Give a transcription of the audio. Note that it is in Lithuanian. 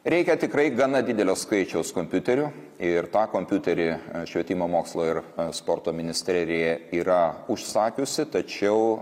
reikia tikrai gana didelio skaičiaus kompiuterių ir tą kompiuterį švietimo mokslo ir sporto ministerija yra užsakiusi tačiau